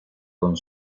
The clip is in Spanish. con